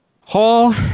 Hall